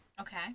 Okay